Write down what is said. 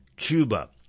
Cuba